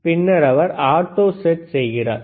பின்னர் அவர் auto set செய்கிறார்